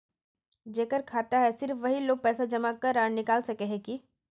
जेकर खाता है सिर्फ वही लोग पैसा जमा आर निकाल सके है की?